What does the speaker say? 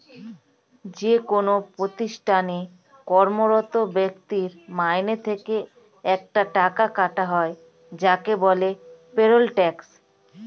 যেকোন প্রতিষ্ঠানে কর্মরত ব্যক্তির মাইনে থেকে একটা টাকা কাটা হয় যাকে বলে পেরোল ট্যাক্স